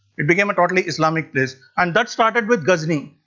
it became a totally islamic place and that started with ghazni.